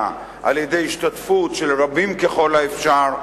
על-ידי השתתפות של רבים ככל האפשר.